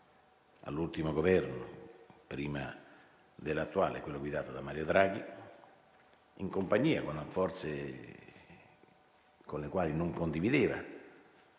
all'ultimo Governo prima dell'attuale, quello guidato da Mario Draghi, in compagnia di forze con le quali non condivideva